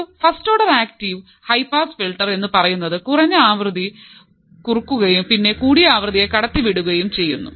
ഒരു first order active high pass filter എന്നുപറയുന്നത് കുറഞ്ഞ ആവൃത്തിയേ കുറക്കുകയും പിന്നെ കൂടിയ ആവർത്തിയെ കടത്തി വിടുകയും ചെയ്യുന്നു